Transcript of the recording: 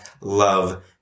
love